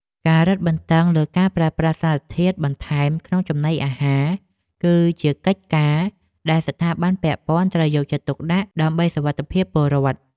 ការរឹតបន្តឹងលើការប្រើប្រាស់សារធាតុបន្ថែមក្នុងចំណីអាហារ គឺជាកិច្ចការដែលស្ថាប័នពាក់ព័ន្ធត្រូវតែយកចិត្តទុកដាក់ដើម្បីសុវត្ថិភាពពលរដ្ឋ។